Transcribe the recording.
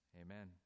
Amen